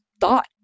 thought